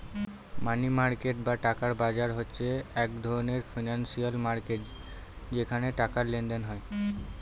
মানি market বা টাকার বাজার হচ্ছে এক ধরনের ফিনান্সিয়াল মার্কেট যেখানে টাকার লেনদেন হয়